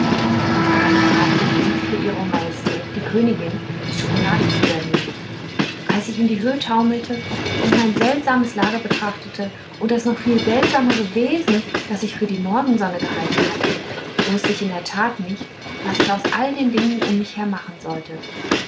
und ich hatte grade den dienst für ihro majestät die königin die schokolade zu servieren als ich in die höh taumelte und mein seltsames lager betrachtete und das noch viel seltsamere wesen das ich für die morgensonne gehalten hatte wußte ich in der tat nicht was ich aus all den dingen um mich her machen sollte